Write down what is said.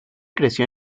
creció